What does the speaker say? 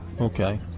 Okay